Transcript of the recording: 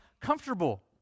comfortable